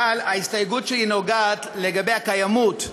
אבל ההסתייגות שלי נוגעת בעניין הקיימות,